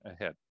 ahead